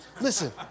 Listen